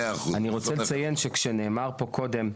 אני רוצה לציין שנאמר פה קודם,